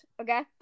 okay